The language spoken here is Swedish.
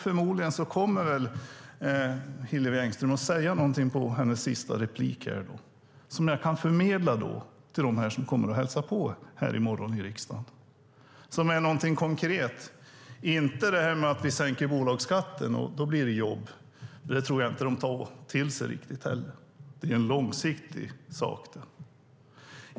Förmodligen kommer Hillevi Engström i sitt sista inlägg att säga någonting konkret som jag kan förmedla till dem som kommer och hälsar på här i riksdagen i morgon. Att vi sänker bolagsskatten och att det då blir jobb tror jag inte att de tar till sig riktigt. Det är en långsiktig sak.